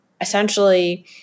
essentially